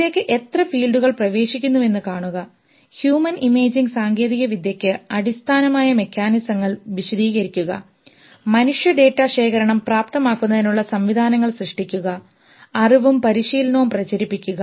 അതിലേക്ക് എത്ര ഫീൽഡുകൾ പ്രവേശിക്കുന്നുവെന്ന് കാണുക ഹ്യൂമൻ ഇമേജിംഗ് സാങ്കേതികവിദ്യയ്ക്ക് അടിസ്ഥാനമായ മെക്കാനിസങ്ങൾ വിശദീകരിക്കുക മനുഷ്യ ഡാറ്റ ശേഖരണം പ്രാപ്തമാക്കുന്നതിനുള്ള സംവിധാനങ്ങൾ സൃഷ്ടിക്കുക അറിവും പരിശീലനവും പ്രചരിപ്പിക്കുക